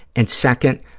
and second,